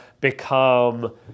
become